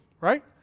right